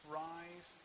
rise